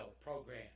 program